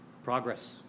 Progress